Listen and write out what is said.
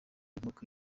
nk’uko